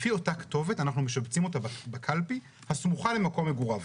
לפי אותה כתובת אנחנו משבצים אותו בקלפי הסמוכה למקום מגוריו.